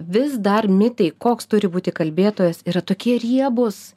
vis dar mitai koks turi būti kalbėtojas yra tokie riebūs